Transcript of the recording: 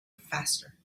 faster